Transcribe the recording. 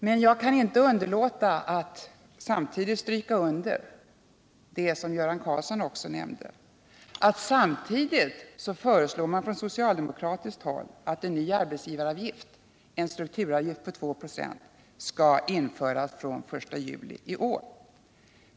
Men jag kan inte underlåta att samtidigt stryka under det som Göran Karlsson också nämnde, att man från socialdemokratiskt håll samtidigt föreslår en ny arbetsgivaravgift, en strukturavgift på 2 96, som skall införas från den 1 juli i år.